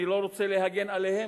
אני לא רוצה להגן עליהם,